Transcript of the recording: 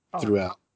throughout